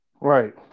Right